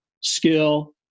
skill